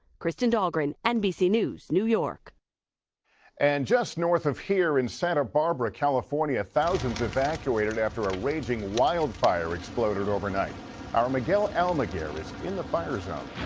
kristen dahlgren, nbc news, new york and just north of here in santa barbara, california, thousands evacuated after a raging wildfire exploded overnight our miguel almaguer is in the fire zone